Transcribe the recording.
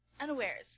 Unawares